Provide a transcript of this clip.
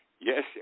yes